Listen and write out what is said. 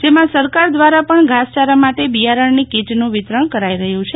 જેમાં સરકાર દ્વારા પણ ઘાસચારા માટે બિયારણની કિટનું વિતરણ કરાઈ રહ્યું છે